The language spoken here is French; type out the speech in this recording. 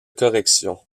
correction